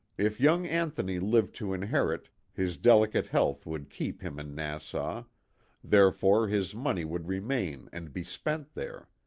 if young anthony lived to inherit, his delicate health would keep him in nassau therefore his money would remain and be spent there.